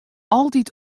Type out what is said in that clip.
altyd